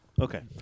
Okay